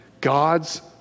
God's